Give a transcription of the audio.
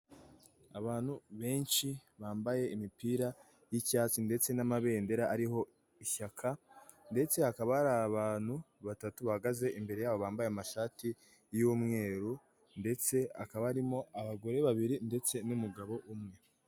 Abantu benshi bambaye imipira y'icyatsi ndetse n'amabendera ariho ishyaka, ndetse hakaba hari abantu batatu bahagaze imbere yabo bambaye amashati y'umweru ndetse hakaba harimo abagore babiri ndetse n'umugabo umwe.